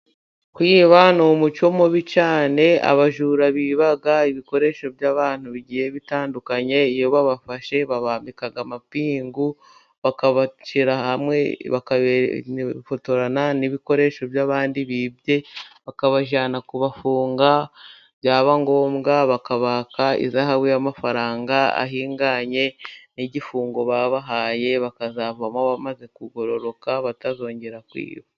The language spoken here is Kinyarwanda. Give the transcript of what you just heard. Kwiba ni umuco mubi cyane， abajura biba ibikoresho by'abantu bigiye bitandukanye， iyo babafashe babambika amapingu， bakabashyira hamwe， bakabafotorana n'ibikoresho by'abandi bibye， bakabajyana kubafunga， byaba ngombwa bakabaka ihazabu y'amafaranga， ahinganye n’igifungo babahaye，bakazavamo bamaze kugororoka，batazongera kwiba.